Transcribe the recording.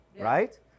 right